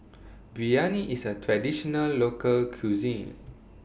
Biryani IS A Traditional Local Cuisine